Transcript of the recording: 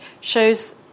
shows